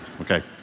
okay